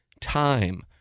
time